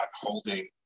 holding –